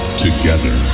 together